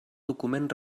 document